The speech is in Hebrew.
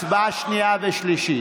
הצבעה בקריאה שנייה ושלישית.